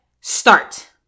start